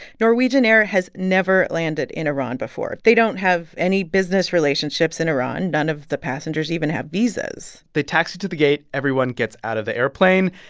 norwegian air has never landed in iran before. they don't have any business relationships in iran. none of the passengers even have visas they taxi to the gate. everyone gets out of the airplane.